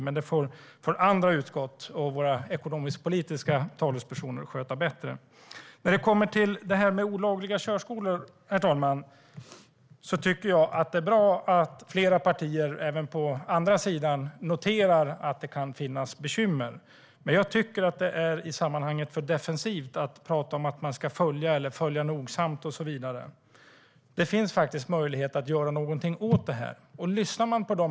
Detta får dock andra utskott och våra ekonomisk-politiska talespersoner sköta bättre. Herr talman! När det kommer till olagliga körskolor tycker jag att det är bra att flera partier även på den andra sidan noterar att det kan finnas bekymmer. Men jag tycker att det är för defensivt i sammanhanget att prata om att man ska följa det nogsamt och så vidare. Det finns faktiskt möjlighet att göra någonting åt det här.